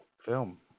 film